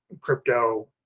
crypto